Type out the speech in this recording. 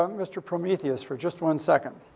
um mr. prometheus for just one second.